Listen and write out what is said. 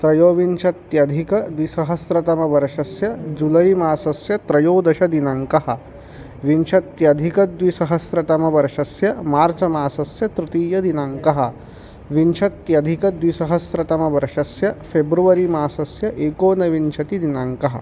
त्रयोविंशत्यधिकद्विसहस्रतमवर्षस्य जुलै मासस्य त्रयोदशदिनाङ्कः विंशत्यधिकद्विसहस्रतमवर्षस्य मार्च मासस्य तृतीयदिनाङ्कः विंशत्यधिकद्विसहस्रतमवर्षस्य फ़ेब्रवरि मासस्य एकोनविंशतिदिनाङ्कः